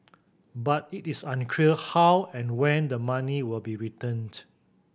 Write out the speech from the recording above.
but it is unclear how and when the money will be returned